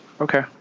Okay